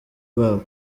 babo